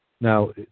Now